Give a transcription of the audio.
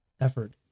effort